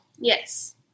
Yes